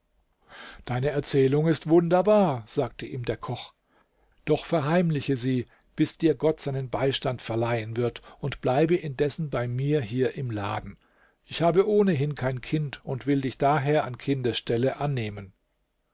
deine erzählung ist wunderbar sagte ihm der koch doch verheimliche sie bis dir gott seinen beistand verleihen wird und bleibe indessen bei mir hier im laden ich habe ohnehin kein kind und will dich daher an kindes stelle annehmen